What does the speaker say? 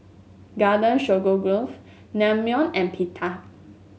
Garden Stroganoff Naengmyeon and Pita